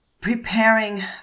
Preparing